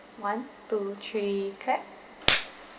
one two three clap